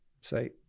Say